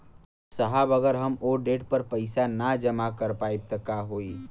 साहब अगर हम ओ देट पर पैसाना जमा कर पाइब त का होइ?